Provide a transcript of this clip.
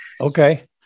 Okay